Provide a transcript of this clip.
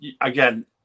Again